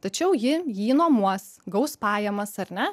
tačiau ji jį nuomos gaus pajamas ar ne